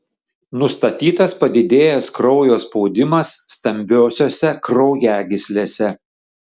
nustatytas padidėjęs kraujo spaudimas stambiosiose kraujagyslėse